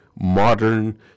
modern